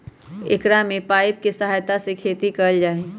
एकरा में पाइप के सहायता से खेती कइल जाहई